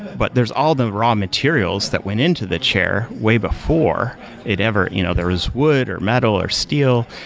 but there's all the raw materials that went into the chair way before it ever you know there is wood, or metal, or steel.